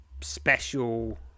special